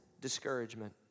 discouragement